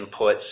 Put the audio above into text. inputs